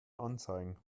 anzeigen